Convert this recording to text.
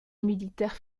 militaire